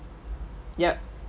yup